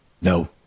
No